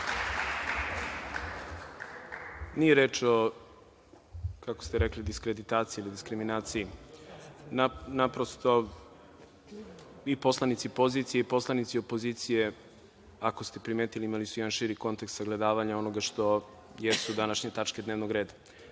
Rističeviću. Nije reč o diskreditaciji ili diskriminaciji, kako ste rekli, već naprosto, i poslanici pozicije i poslanici opozicije, ako ste primetili, imali su jedan širi kontekst sagledavanja onoga što jesu današnje tačke dnevnog reda.